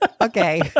Okay